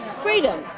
Freedom